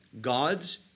God's